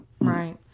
Right